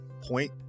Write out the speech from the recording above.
point